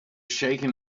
shaken